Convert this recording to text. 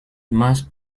más